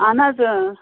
اَہَن حظ